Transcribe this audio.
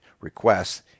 requests